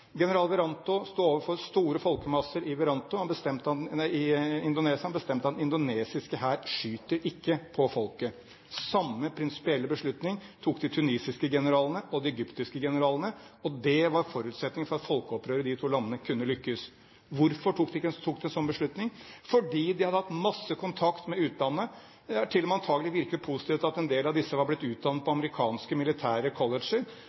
General Wiranto sto overfor store folkemasser i Indonesia. Han bestemte at den indonesiske hær skyter ikke på folket. Den samme prinsipielle beslutning tok de tunisiske generalene og de egyptiske generalene, og det var forutsetningen for at folkeopprøret i de to landene kunne lykkes. Hvorfor tok de en slik beslutning? Jo, fordi de hadde hatt masse kontakt med utlandet. Det har til og med antagelig virket positivt at en del av dem var blitt utdannet på amerikanske militære colleger.